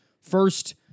first